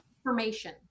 information